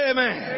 Amen